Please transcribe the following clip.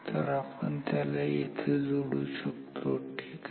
तर आपण त्याला येथे जोडू शकतो ठीक आहे